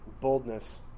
Boldness